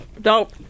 Dope